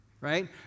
right